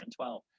2012